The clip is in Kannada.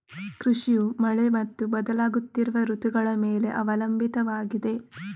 ಕೃಷಿಯು ಮಳೆ ಮತ್ತು ಬದಲಾಗುತ್ತಿರುವ ಋತುಗಳ ಮೇಲೆ ಅವಲಂಬಿತವಾಗಿದೆ